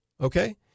okay